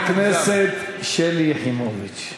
חברת הכנסת שלי יחימוביץ,